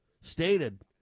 stated